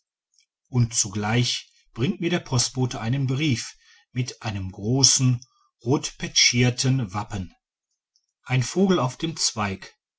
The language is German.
und zugleich bringt mir der postbote einen brief mit einem großen rotpetschierten wappen ein vogel auf dem zweig